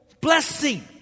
blessing